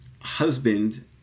husband